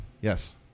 Yes